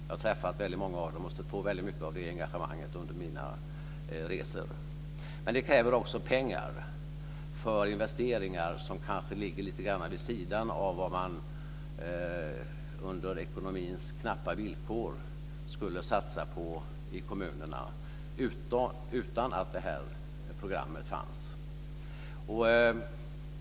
Jag har träffat väldigt många av dem och stött på väldigt mycket av det engagemanget under mina resor. Men det kräver också pengar för investeringar som kanske ligger lite grann vid sidan av vad man under ekonomins knappa villkor skulle satsa på i kommunerna utan att detta program fanns.